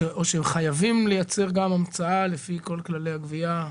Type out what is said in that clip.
או שחייבים לייצר גם המצאה לפי כל כללי הגבייה?